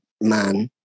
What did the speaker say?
man